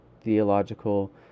theological